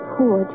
Poor